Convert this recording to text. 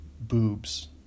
boobs